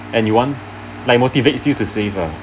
and they want like motivates you to save uh